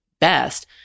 best